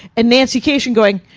and nancy kashian going,